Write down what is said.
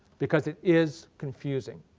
because it is confusing.